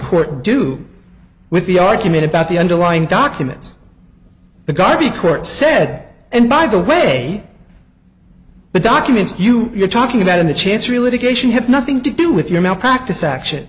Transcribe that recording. court do with the argument about the underlying documents the garvey court said and by the way the documents you're talking about in the chancery litigation have nothing to do with your malpractise action